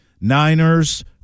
Niners